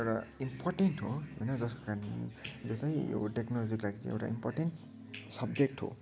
र इम्पोर्टेन्ट हो होइन जसको कारण जो चाहिँ यो टेक्नोलोजीको लागि चाहिँ एउटा इम्पोर्टेन्ट सब्जेक्ट हो